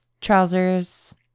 trousers